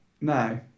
no